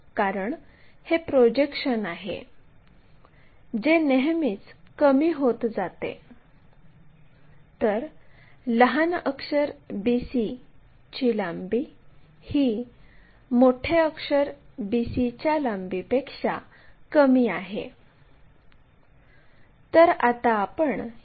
तर प्रथम ड्रॉईंग शीटवर आपल्याला आडवी लाईन XY काढावी लागेल यास x अक्ष y अक्ष असे नाव द्या